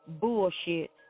bullshit